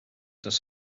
das